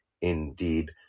indeed